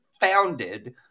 founded